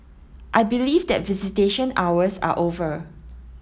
I believe that visitation hours are over